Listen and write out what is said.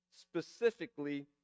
specifically